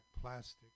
plastic